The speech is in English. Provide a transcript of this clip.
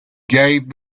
gave